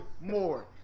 more